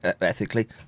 ethically